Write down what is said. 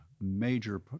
major